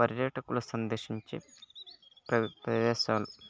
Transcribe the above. పర్యేటకులు సందర్శించే ప్ర ప్రదేశాలు